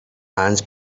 hands